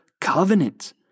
covenant